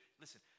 Listen